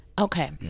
Okay